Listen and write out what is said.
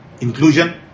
inclusion